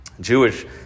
Jewish